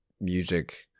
music